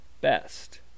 Best